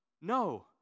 No